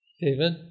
David